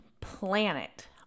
planet